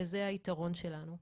וזה היתרון שלנו.